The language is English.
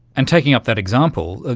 and taking up that example, ah